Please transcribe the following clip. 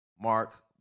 Mark